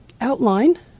outline